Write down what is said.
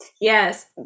Yes